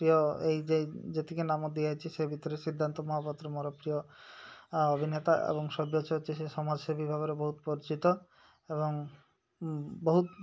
ପ୍ରିୟ ଏଇ ଯେତିକି ନାମ ଦିଆଯାଇଛି ସେ ଭିତରେ ସିଦ୍ଧାନ୍ତ ମହାପାତ୍ର ମୋର ପ୍ରିୟ ଅଭିନେତା ଏବଂ ସବ୍ୟଶାଚୀ ସେ ସମାଜସେବୀ ଭାବରେ ବହୁତ ପରିଚିତ ଏବଂ ବହୁତ